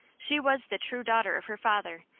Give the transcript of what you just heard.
she was the true daughter of her father,